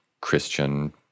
Christian